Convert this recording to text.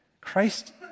Christ